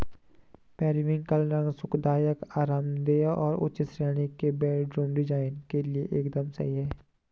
periwinkle रंग सुखदायक, आरामदेह और उच्च श्रेणी के बेडरूम डिजाइन के लिए एकदम सही है